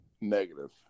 Negative